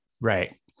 Right